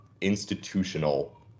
institutional